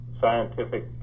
scientific